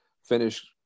Finish